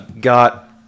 got